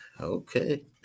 Okay